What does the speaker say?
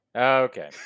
okay